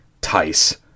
Tice